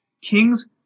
Kings